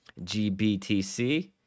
GBTC